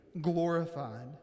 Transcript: glorified